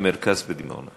המרכז בדימונה.